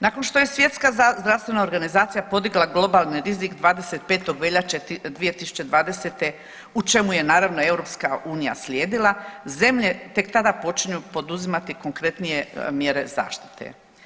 Nakon što je Svjetska zdravstvena organizacija podigla globalni rizik 25. veljače 2020. u čemu ju je naravno EU slijedila zemlje tek tada počinju poduzimati konkretnije mjere zaštite.